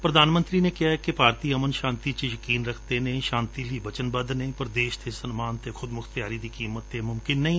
ਪੁਧਾਨ ਮੰਤਰੀ ਨੇ ਕਿਹੈ ਕਿ ਭਾਰਤੀ ਅਮਨ ਸ਼ਾਂਤੀ ਵਿਚ ਯਕੀਨ ਰਖਦੇ ਨੇ ਸ਼ਾਂਤੀ ਲਈ ਬਚਨਬੱਧ ਨੇ ਪਰ ਦੇਸ਼ ਦੇ ਸਨਮਾਨ ਅਤੇ ਖੁਦਮੁਖਤਿਆਰੀ ਦੀ ਕੀਮਤ ਤੇ ਇਹ ਮੁਮਕਿਨ ਨਹੀ